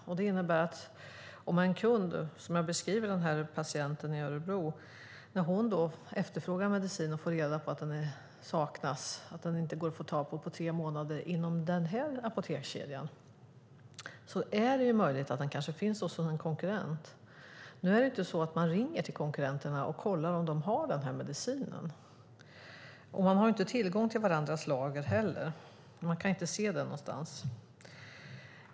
Jag har beskrivit hur det var för en patient i Örebro. När hon efterfrågar en medicin och får reda på att den saknas och inte går att få tag på inom tre månader inom den aktuella apotekskedjan är det möjligt att den finns hos en konkurrent. Men de ringer ju inte till konkurrenterna och kollar om de har den medicinen, och de har inte heller tillgång till varandras lager och kan se dem någonstans.